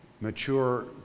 mature